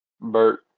Bert